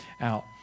out